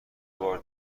بار